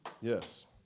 Yes